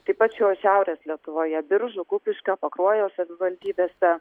taip pat šiau šiaurės lietuvoje biržų kupiškio pakruojo savivaldybėse